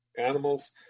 animals